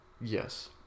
Yes